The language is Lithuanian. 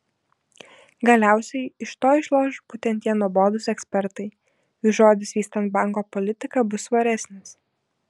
galiausiai iš to išloš būtent tie nuobodūs ekspertai jų žodis vystant banko politiką bus svaresnis